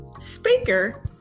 speaker